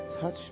Touch